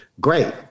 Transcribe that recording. great